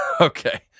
Okay